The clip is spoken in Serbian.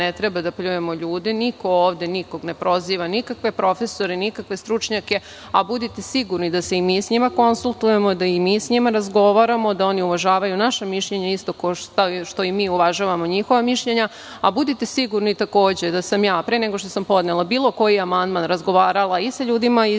ne treba da pljujemo ljude, niko ovde nikog ne proziva, nikakve profesore, nikakve stručnjake, a budite sigurni da se i mi sa njima konsultujemo, da i mi sa njima razgovaramo, da oni uvažavaju naše mišljenje, isto kao što i mi uvažavamo njihova mišljenja, a budite sigurni takođe da sam ja, pre nego što sam podnela bilo koji amandman razgovarala i sa ljudima iz